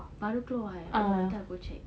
baru keluar eh ah later I go check